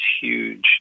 huge